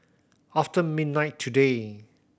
after midnight today